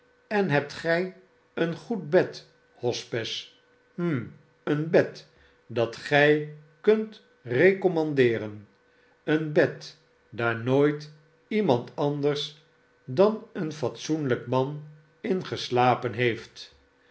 en hebt gij een goed bed hospes hm een bed dat gij kunt recommandeeren een bed daar nooit iemand anders dan een fatsoenlijk man in geslapen heeft